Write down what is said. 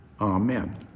Amen